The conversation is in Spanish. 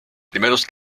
primeros